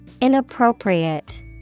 Inappropriate